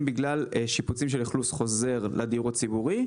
בגלל שיפוצים של אכלוס חוזר לדיור הציבורי.